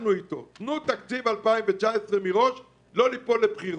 לתת את תקציב 2019 מראש כדי שלא יהיו בחירות.